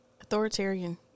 Authoritarian